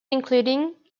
including